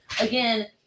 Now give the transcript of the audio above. again